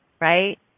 right